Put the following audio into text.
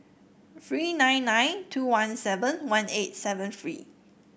three nine nine two one seven one eight seven three